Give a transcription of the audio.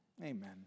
Amen